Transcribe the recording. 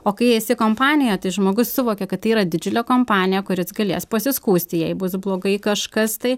o kai esi kompanijoje tai žmogus suvokia kad tai yra didžiulė kompanija kur jis galės pasiskųsti jei bus blogai kažkas tai